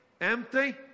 empty